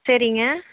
சரிங்க